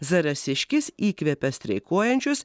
zarasiškis įkvepia streikuojančius